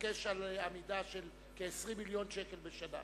והתעקש על עמידה של כ-20 מיליון שקל בשנה.